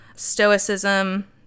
Stoicism